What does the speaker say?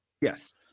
Yes